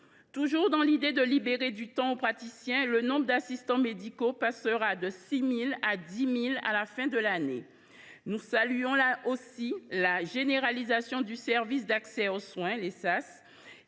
Toujours dans l’idée de libérer du temps pour les praticiens, le nombre d’assistants médicaux passera de 6 000 à 10 000 à la fin de l’année. Nous saluons aussi la généralisation du service d’accès aux soins (SAS),